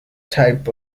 type